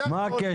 זה הכול.